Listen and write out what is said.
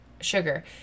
sugar